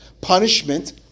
Punishment